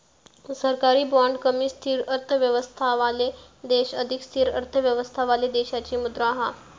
सरकारी बाँड कमी स्थिर अर्थव्यवस्थावाले देश अधिक स्थिर अर्थव्यवस्थावाले देशाची मुद्रा हा